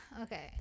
okay